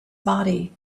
body